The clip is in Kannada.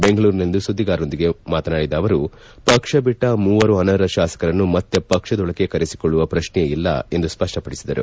ಬೆಂಗಳೂರಿನಲ್ಲಿಂದು ಸುದ್ದಿಗಾರರೊಂದಿಗೆ ಮಾತನಾಡಿದ ಅವರು ಪಕ್ಷ ಬಿಟ್ಟ ಮೂವರು ಅನರ್ಹ ಶಾಸಕರನ್ನು ಮತ್ತೆ ಪಕ್ಷದೊಳಕ್ಕೆ ಕರೆಸಿಕೊಳ್ಳುವ ಪ್ರಶ್ನೆಯೇ ಇಲ್ಲ ಎಂದು ಸ್ಪಷ್ಟಪಡಿಸಿದರು